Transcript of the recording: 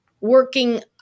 working